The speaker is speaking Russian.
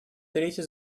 третье